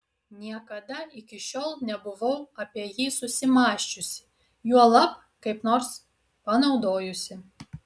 niekada iki šiol nebuvau apie jį susimąsčiusi juolab kaip nors panaudojusi